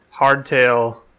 hardtail